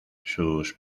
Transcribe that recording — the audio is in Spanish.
sus